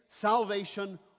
salvation